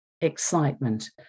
excitement